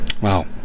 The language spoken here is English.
Wow